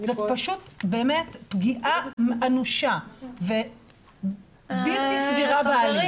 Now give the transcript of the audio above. זאת פשוט באמת פגיעה אנושה ובלתי סבירה בעליל.